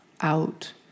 out